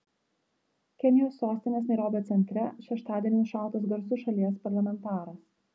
kenijos sostinės nairobio centre šeštadienį nušautas garsus šalies parlamentaras